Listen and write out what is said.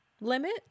limit